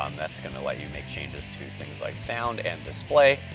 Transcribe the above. um that's gonna let you make changes to things like sound and display.